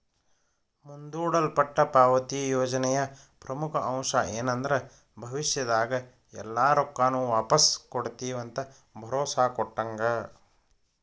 ಮುಂದೂಡಲ್ಪಟ್ಟ ಪಾವತಿ ಯೋಜನೆಯ ಪ್ರಮುಖ ಅಂಶ ಏನಂದ್ರ ಭವಿಷ್ಯದಾಗ ಎಲ್ಲಾ ರೊಕ್ಕಾನು ವಾಪಾಸ್ ಕೊಡ್ತಿವಂತ ಭರೋಸಾ ಕೊಟ್ಟಂಗ